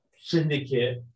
syndicate